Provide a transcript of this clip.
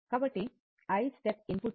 కాబట్టి I step ఇన్పుట్ను